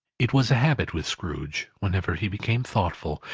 it was a habit with scrooge, whenever he became thoughtful,